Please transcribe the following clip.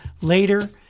later